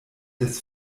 des